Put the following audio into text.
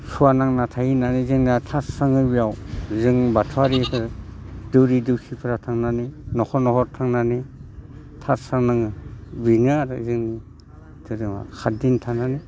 सुवा नांना थायो होननानै जोंना थास थाङो बेयाव जों बाथौआरि दौरि दौसिफ्रा थांनानै न'खर न'खर थांनानै थास्रांनाङो बेनो आरो जों जेनेबा सातदिन थांनानै